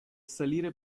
salire